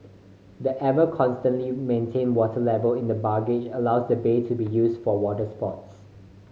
the ever constantly maintained water level in the barrage allows the bay to be used for water sports